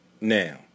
now